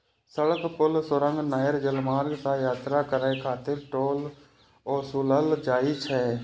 सड़क, पुल, सुरंग, नहर, जलमार्ग सं यात्रा करै खातिर टोल ओसूलल जाइ छै